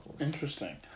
Interesting